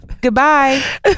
goodbye